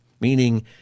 Meaning